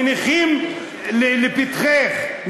מניחים לפתחך,